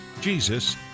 Jesus